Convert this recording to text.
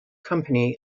company